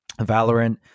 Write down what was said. Valorant